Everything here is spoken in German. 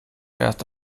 erst